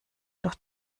doch